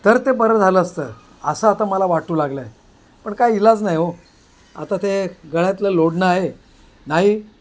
तर ते बरं झालं असतं असं आता मला वाटू लागलं आहे पण काय इलाज नाही हो आता ते गळ्यातलं लोढणं आहे नाही